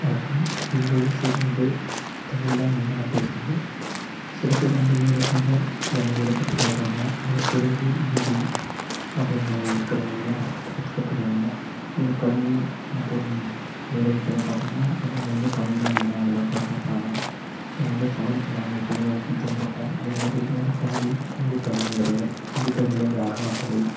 வணக்கம் எங்கள் ஊர் சைட் வந்து தமிழ்தான் மெயினாக பேசுவோம் சில பேர் வந்து வேலைக்காக பல மொழிகளை கற்றுட்டு வராங்க அதில் தெலுங்கு ஹிந்தி போன்ற இருக்கிற மொழியலாம் கற்றுக்குறாங்க இதில் கல்வி மற்றும் வேலைக்கெலாம் பார்த்தீங்கனா எல்லாம் வந்து தமிழ்தான் மெயினாக பார்க்குறாங்க ஸோ வந்து தமிழுக்கு நாங்கள் எப்போயும் முக்கியதுவம் கொடுப்போம் எங்கள் சைடு வந்து கொங்கு கொங்குத் தமிழுங்கறது கொங்குத் தமிழ் வந்து அழகானத் தமிழ்